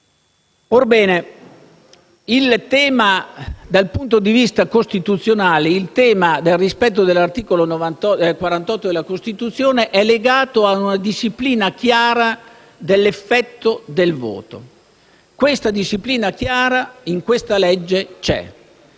Orbene, dal punto di vista costituzionale, il tema del rispetto dell'articolo 48 della Costituzione è legato ad una disciplina chiara dell'effetto del voto. Tale disciplina, in questa legge, è